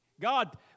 God